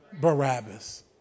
Barabbas